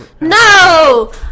No